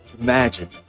Imagine